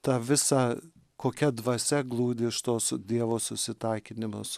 tą visą kokia dvasia glūdi iš tos dievo susitaikinimo su